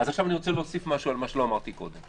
אז עכשיו אני רוצה להוסיף משהו על מה שלא אמרתי קודם,